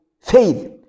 faith